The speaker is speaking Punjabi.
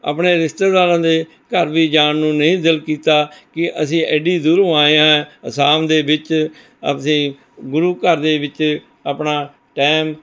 ਆਪਣੇ ਰਿਸ਼ਤੇਦਾਰਾਂ ਦੇ ਘਰ ਵੀ ਜਾਣ ਨੂੰ ਨਹੀਂ ਦਿਲ ਕੀਤਾ ਕਿ ਅਸੀਂ ਐਡੀ ਦੂਰੋਂ ਆਏ ਹਾਂ ਅਸਾਮ ਦੇ ਵਿੱਚ ਅਸੀਂ ਗੁਰੂ ਘਰ ਦੇ ਵਿੱਚ ਆਪਣਾ ਟਾਇਮ